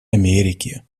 америки